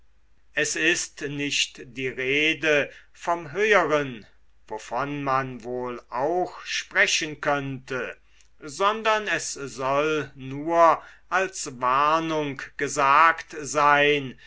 es ist nicht die rede vom höheren wovon man wohl auch sprechen könnte sondern es soll nur als warnung gesagt sein